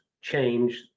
change